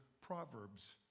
Proverbs